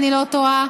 אם אני לא טועה,